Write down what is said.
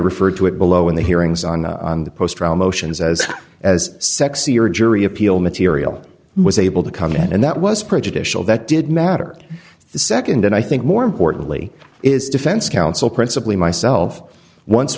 refer to it below in the hearings on the post trial motions as as sexy or jury appeal material was able to come in and that was prejudicial that did matter the nd and i think more importantly is defense counsel principally myself once